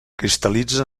cristal·litza